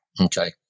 Okay